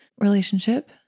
relationship